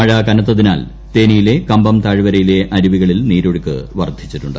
മഴ കനത്തതിനാൽ തേനിയിലെ കമ്പം താഴ്വരയിലെ അരുവികളിൽ ്യൂനീരൊഴുക്ക് വർദ്ധിച്ചിട്ടുണ്ട്